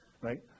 right